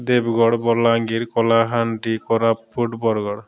Deogarh Balangir Kalahandi Koraput Bargarh